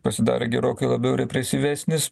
pasidarė gerokai labiau represyvesnis